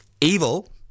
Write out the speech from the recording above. evil